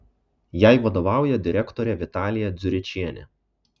jai vadovauja direktorė vitalija dziuričienė